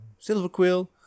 Silverquill